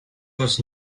was